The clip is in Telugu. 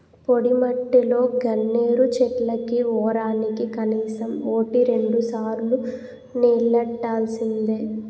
పొడిమట్టిలో గన్నేరు చెట్లకి వోరానికి కనీసం వోటి రెండుసార్లు నీల్లెట్టాల్సిందే